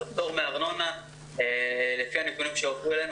אז הפטור מארנונה לפי הנתונים שהועברו אלינו